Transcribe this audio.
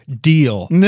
Deal